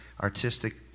artistic